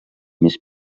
més